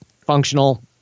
functional